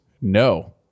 No